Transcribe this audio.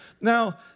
Now